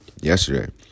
yesterday